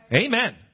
Amen